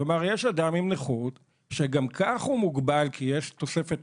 כלומר יש אדם עם נכות שגם כך הוא מוגבל כי יש תוספת